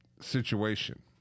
situation